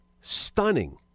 stunning